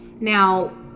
Now